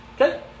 Okay